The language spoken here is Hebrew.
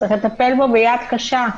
צריך לטפל בה ביד קשה.